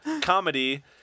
comedy